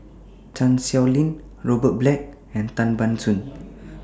Chan Sow Lin Robert Black and Tan Ban Soon